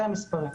אלה המספרים.